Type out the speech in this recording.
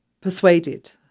persuaded